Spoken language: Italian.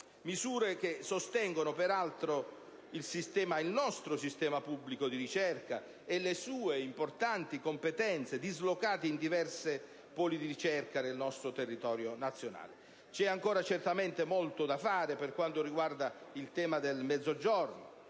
misure che sostengono peraltro il nostro sistema pubblico di ricerca e le sue importanti competenze dislocate in diversi poli sul nostro territorio nazionale. C'è ancora certamente molto da fare per quanto riguarda il tema del Mezzogiorno: